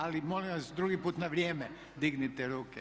Ali molim vas drugi put na vrijeme dignite ruke.